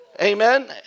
Amen